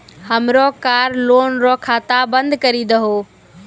हमरो car loan रो खाता बंद करी दहो